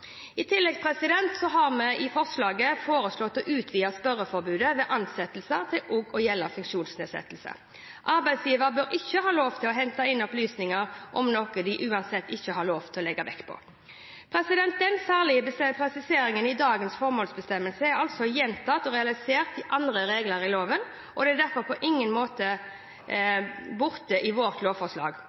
I tillegg har vi foreslått å utvide spørreforbudet ved ansettelser til også å gjelde funksjonsnedsettelse. Arbeidsgiver bør ikke ha lov til å hente inn opplysninger om noe de uansett ikke har lov til å legge vekt på. Den særlige presiseringen i dagens formålsbestemmelse er altså gjentatt og realisert i andre regler i loven og er derfor på ingen måte borte i vårt lovforslag.